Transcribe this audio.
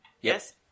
Yes